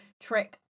trick